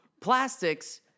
plastics